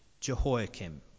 Jehoiakim